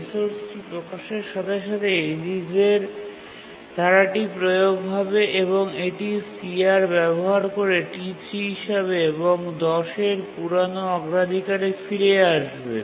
রিসোর্সটি প্রকাশের সাথে সাথেই রিলিজের ধারাটি প্রয়োগ হবে এবং এটি CR ব্যবহার করে T3 হিসাবে এবং ১০ এর পুরানো অগ্রাধিকারে ফিরে আসবে